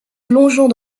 plongeant